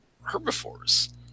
herbivores